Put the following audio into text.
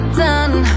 done